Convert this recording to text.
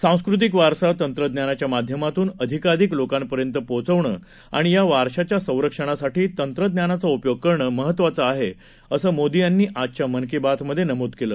सांस्कृतिक वारसा तंत्रज्ञानाच्या माध्यमातून अधिकाधिक लोकांपर्यंत पोहचविणं आणि या वारशाच्या संरक्षणासाठी तंत्रज्ञानाचा उपयोग करणं महत्वाचं आहे असं मोदी यांनी आजच्या मन की बातमधे नमूद केलं